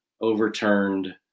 overturned